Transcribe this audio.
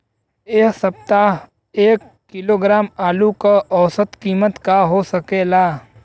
एह सप्ताह एक किलोग्राम आलू क औसत कीमत का हो सकेला?